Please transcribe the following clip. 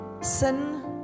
sin